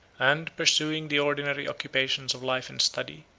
and, pursuing the ordinary occupations of life and study,